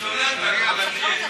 לא מבין אותך.